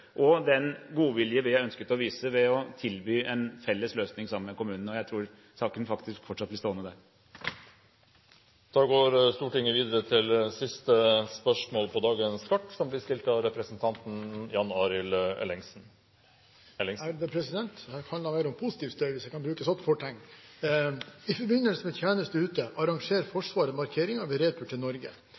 og den godvilje vi har ønsket å vise, ved å tilby en felles løsning sammen med kommunen. Jeg tror saken faktisk fortsatt blir stående der. Det kan da være positiv støy, hvis man skal bruke et sånt fortegn. «I forbindelse med tjeneste ute arrangerer Forsvaret markeringer ved retur til Norge. Ikke minst har det